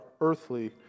earthly